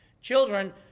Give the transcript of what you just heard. Children